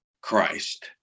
Christ